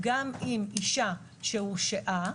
אשה שהורשעה,